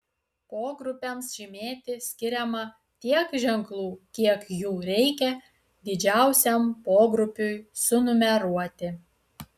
pogrupiams žymėti skiriama tiek ženklų kiek jų reikia didžiausiam pogrupiui sunumeruoti